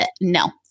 No